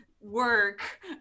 work